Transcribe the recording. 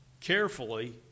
carefully